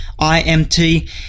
IMT